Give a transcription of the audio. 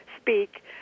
speak